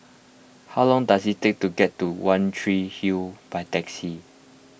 how long does it take to get to one Tree Hill by taxi